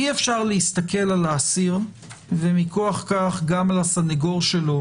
אי אפשר להסתכל על האסיר ומכוח כך גם על הסנגור שלו